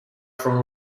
from